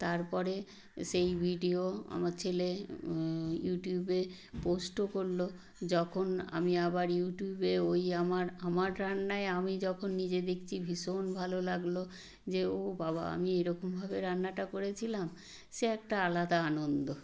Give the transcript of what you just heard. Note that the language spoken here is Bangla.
তারপরে সেই ভিডিও আমার ছেলে ইউটিউবে পোস্টও করলো যখন আমি আবার ইউটিউবে ওই আমার আমার রান্নায় আমি যখন নিজে দেখছি ভীষণ ভালো লাগলো যে ও বাবা আমি এরকমভাবে রান্নাটা করেছিলাম সে একটা আলাদা আনন্দ